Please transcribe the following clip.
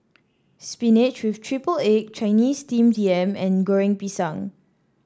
spinach with triple egg Chinese Steamed Yam and Goreng Pisang